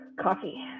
coffee